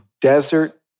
desert